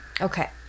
Okay